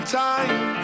time